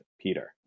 Peter